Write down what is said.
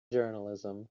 journalism